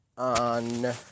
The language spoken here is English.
On